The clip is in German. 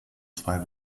zwei